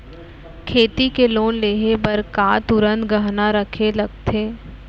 खेती के लोन लेहे बर का तुरंत गहना रखे लगथे?